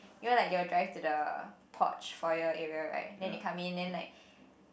you know like they will drive to porch foyer area like then they came in then like